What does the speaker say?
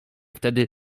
wtedy